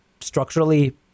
structurally